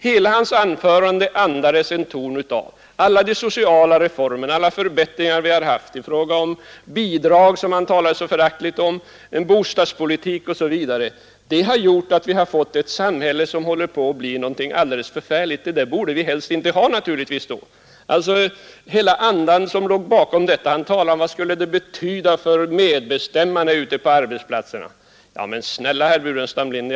Hela hans anförande andades en uppfattning att alla de sociala reformer vi genomfört, alla förbättringar vi gjort i fråga om de bidrag som han talar så föraktligt om, den bostadspolitik vi fört osv. har lett till att vi fått ett samhälle som håller på att bli någonting alldeles förfärligt, som vi helst inte borde ha. Han frågar vad det skulle betyda för medbestämmarna ute på arbetsplatserna. Men snälla herr Burenstam Linder!